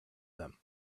them